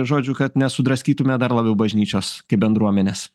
žodžiu kad nesudraskytume dar labiau bažnyčios kaip bendruomenės